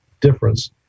difference